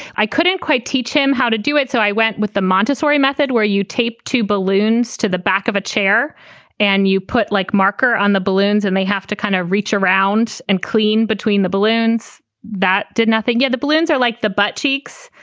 i couldn't quite teach him how to do it so i went with the montessori method where you taped two balloons to the back of a chair and you put like marker on the balloons and they have to kind of reach around and clean between the balloons that did nothing yet. the balloons are like the butt cheeks.